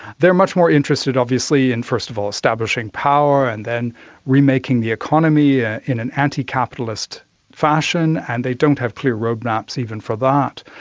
they are much more interested obviously in first of all establishing power and then remaking the economy ah in an anticapitalist fashion, and they don't have clear roadmaps even for that.